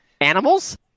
Animals